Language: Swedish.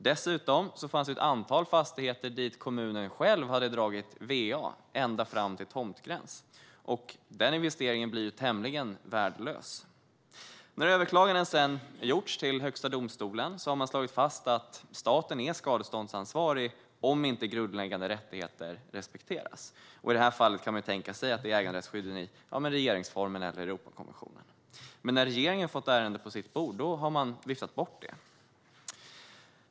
Dessutom fanns det ett antal fastigheter dit kommunen själv hade dragit VA ända fram till tomtgräns. Den investeringen blir då tämligen värdelös. När överklagande sedan gjordes till Högsta domstolen slog man fast att staten är skadeståndsansvarig om grundläggande rättigheter inte respekteras. I det här fallet kan man tänka sig att det handlar om äganderättsskyddet i regeringsformen eller Europakonventionen. Men när regeringen har fått ärendet på sitt bord har man viftat bort detta.